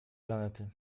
planety